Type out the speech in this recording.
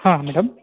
madam